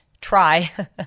Try